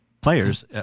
players